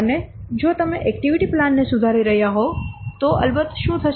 અને જો તમે એક્ટિવિટી પ્લાન ને સુધારી રહ્યા હોવ તો અલબત્ત શું થશે